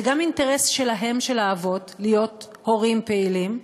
זה גם אינטרס שלהם, של האבות, להיות הורים פעילים,